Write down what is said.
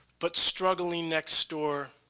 but struggling next door,